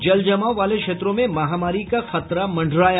जल जमाव वार्ले क्षेत्रों में महामारी का खतरा मंडराया